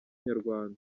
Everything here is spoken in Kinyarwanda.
nyarwanda